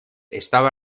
estaba